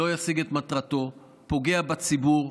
לא ישיג את מטרתו, פוגע בציבור.